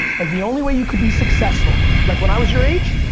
like, the only way you could be successful, like when i was your age,